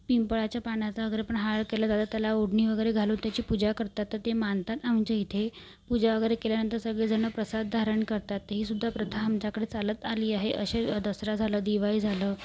पिंपळाच्या पानाचा वगैरे पण हार केले जातात त्याला ओढणी वगैरे घालून त्याची पूजा करतात तर ते मानतात आमच्या इथे पूजा वगैरे केल्यानंतर सगळेजणं प्रसाद धारण करतात हीसुद्धा प्रथा आमच्याकडे चालत आली आहे असे दसरा झालं दिवाळी झालं